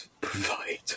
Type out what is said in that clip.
provide